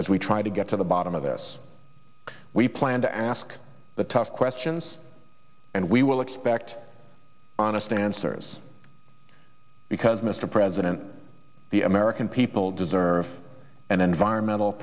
as we try to get to the bottom of this we plan to ask the tough questions and we will expect honest answers because mr president the american people deserve an environmental